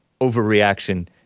overreaction